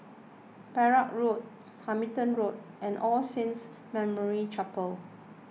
Perak Road Hamilton Road and All Saints Memorial Chapel